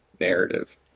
narrative